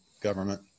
government